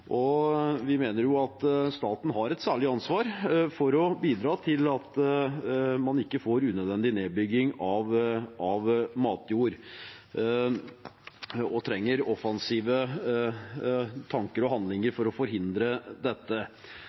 Vi mener at staten har et særlig ansvar for å bidra til at man ikke får unødvendig nedbygging av matjord, og trenger offensive tanker og handlinger for å forhindre dette.